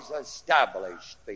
established